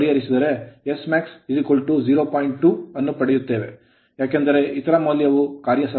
2 ಅನ್ನು ಪಡೆಯುತ್ತೇವೆ ಏಕೆಂದರೆ ಇತರ ಮೌಲ್ಯವು ಕಾರ್ಯಸಾಧ್ಯವಲ್ಲ